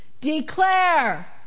declare